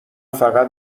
فقط